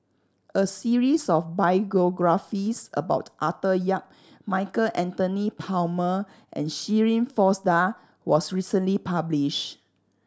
a series of biographies about Arthur Yap Michael Anthony Palmer and Shirin Fozdar was recently published